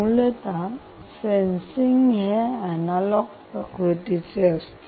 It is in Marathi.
मूलतः सेन्सिंग हे ऍनालॉग प्रकृतीचे असते